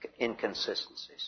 inconsistencies